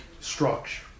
structure